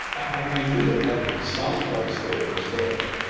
i knew there had to be some place that it was there,